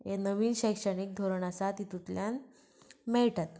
हे नवीन शैक्षणीक धोरण आसा तितूंतल्यान मेळटात